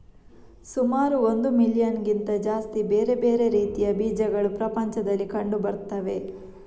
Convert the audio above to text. ಸುಮಾರು ಒಂದು ಮಿಲಿಯನ್ನಿಗಿಂತ ಜಾಸ್ತಿ ಬೇರೆ ಬೇರೆ ರೀತಿಯ ಬೀಜಗಳು ಪ್ರಪಂಚದಲ್ಲಿ ಕಂಡು ಬರ್ತವೆ